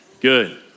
good